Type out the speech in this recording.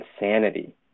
insanity